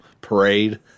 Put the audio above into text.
parade